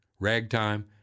Ragtime